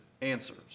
answers